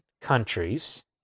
countries